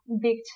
big